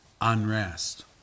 unrest